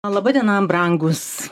laba diena brangūs